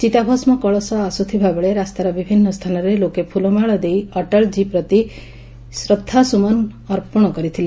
ଚିତାଭସ୍କ କଳସ ଆସୁଥିବା ବେଳେ ରାସ୍ତାର ବିଭିନ୍ତ ସ୍ସାନରେ ଲୋକେ ଫୁଲମାଳ ଦେଇ ଅଟଳଜୀଙ୍କ ପ୍ରତି ଶ୍ରଦ୍ବାସ୍ସମନ ଅର୍ପଣ କରିଥିଲେ